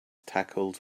tackled